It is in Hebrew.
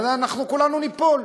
כולנו ניפול.